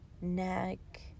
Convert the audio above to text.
neck